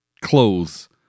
clothes